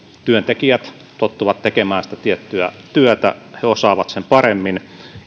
työntekijät tottuvat tekemään sitä tiettyä työtä he osaavat sen paremmin